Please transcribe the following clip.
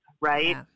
right